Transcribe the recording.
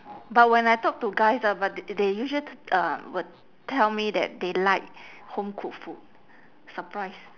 but when I talk to guys ah but they usua~ uh will tell me that they like home cooked food surprise